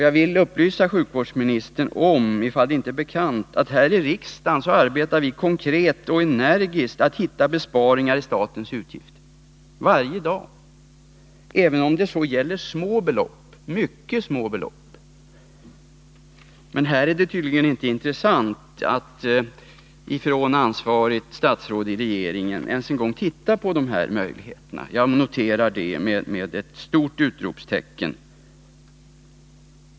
Jag vill upplysa sjukvårdsministern om — ifall det inte är bekant — att vi här i riksdagen arbetar konkret och energiskt varje dag med att hitta besparingar i statens utgifter, även om det gäller mycket små belopp. Men här är det tydligen inte intressant att ifrån ansvarigt statsrådshåll i regeringen ens titta på möjligheterna. Jag noterar det med ett stort utropstecken.